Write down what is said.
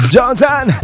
Johnson